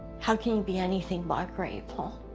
how can you be anything but grateful.